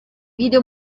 video